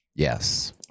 Yes